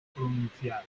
pronunciado